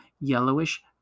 yellowish